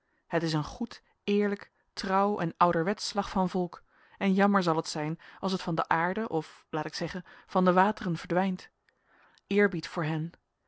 het is een goed eerlijk trouw en ouderwetsch slag van volk en jammer zal het zijn als het van de aarde of laat ik zeggen van de wateren verdwijnt eerbied voor hen